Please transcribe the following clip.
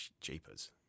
jeepers